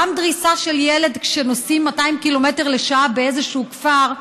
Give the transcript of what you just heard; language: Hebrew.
גם דריסה של ילד כשנוסעים 200 קמ"ש באיזשהו כפר,